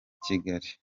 kigali